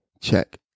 check